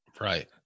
Right